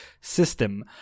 system